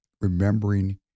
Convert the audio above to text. remembering